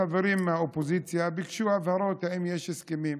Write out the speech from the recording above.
החברים מהאופוזיציה ביקשו הבהרות אם יש הסכמים,